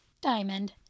diamond